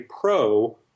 pro